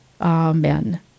Amen